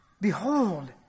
behold